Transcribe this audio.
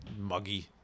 muggy